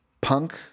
punk